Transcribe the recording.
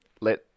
let